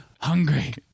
hungry